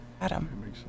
Adam